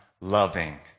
loving